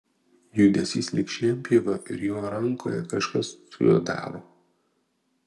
judesys lyg šienpjovio ir jo rankoje kažkas sujuodavo